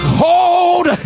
hold